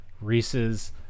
Reese's